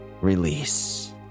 release